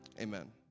Amen